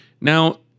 Now